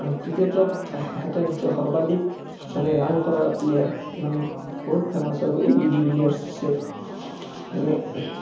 আৰু ক্ৰিকেটত এটা ইনিংচত সৰ্বাধিক মানে ৰাণ কৰা প্লেয়াৰ মানে বহুত ফেমাছ আৰু এ বি ডেভিলিয়াৰ্ছ আছে মানে